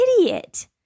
idiot